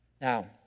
Now